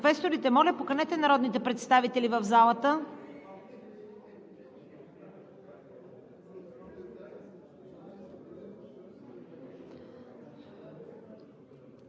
Квесторите, моля, поканете народните представители в залата.